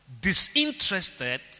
disinterested